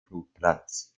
flugplatz